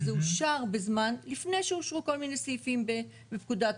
שזה אושר לפני שאושרו כל מיני סעיפים בפקודת